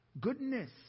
goodness